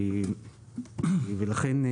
ולכן,